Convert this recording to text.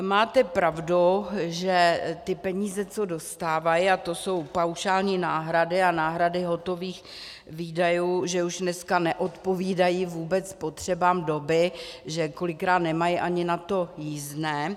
Máte pravdu, že ty peníze, co dostávají, a to jsou paušální náhrady a náhrady hotových výdajů, už dneska neodpovídají vůbec potřebám doby, že kolikrát nemají ani na to jízdné.